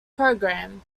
program